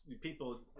people